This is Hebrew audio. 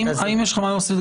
האם יש לך מה להוסיף,